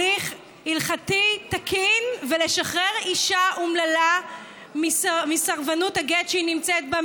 תהליך הלכתי תקין ולשחרר אישה אומללה מסרבנות הגט שהיא נמצאת בה.